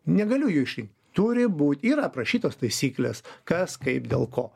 negaliu jų išrinkt turi būt yra aprašytos taisyklės kas kaip dėl ko